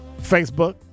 Facebook